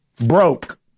Broke